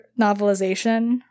novelization